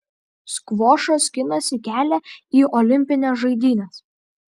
skvošas skinasi kelią į olimpines žaidynes